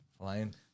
Flying